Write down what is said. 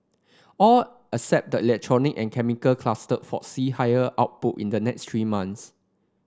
all except the electronic and chemical cluster foresee higher output in the next three months